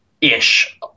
ish